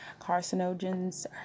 carcinogens